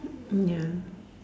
ya